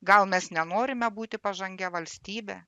gal mes nenorime būti pažangia valstybe